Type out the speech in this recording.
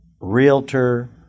realtor